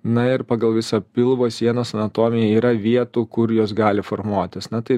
na ir pagal visą pilvo sienos anatomiją yra vietų kur jos gali formuotis na tai